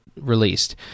released